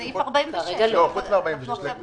סעיף 46. חוץ מ-46?